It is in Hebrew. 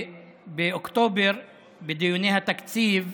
באוקטובר, בדיוני התקציב,